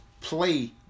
play